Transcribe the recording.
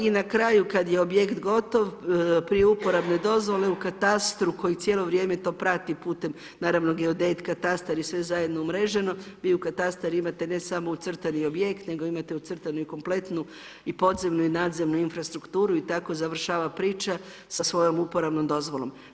I na kraju kad je objekt gotov prije uporabne dozvole u katastru koji cijelo vrijeme to prati putem naravno geodet, katastar je sve zajedno umreženo vi u katastar imate ne samo ucrtani objekt, nego imate ucrtanu kompletnu i podzemnu i nadzemnu infrastrukturu i tako završava priča sa svojom uporabnom dozvolom.